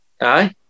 Aye